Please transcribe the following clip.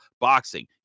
boxing